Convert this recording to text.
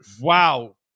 wow